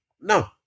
No